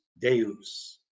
deus